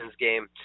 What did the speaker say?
game